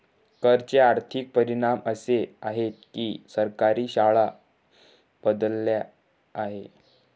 कर चे आर्थिक परिणाम असे आहेत की सरकारी शाळा बदलल्या आहेत